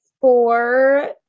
four